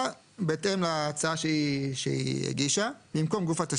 בהתאם להצעה שהיא הגישה במקום גוף התשתית.